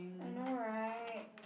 I know right